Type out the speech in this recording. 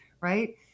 right